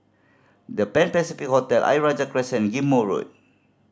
The Pan Pacific Hotel Ayer Rajah Crescent and Ghim Moh Road